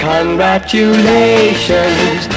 Congratulations